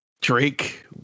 Drake